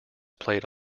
played